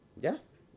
Yes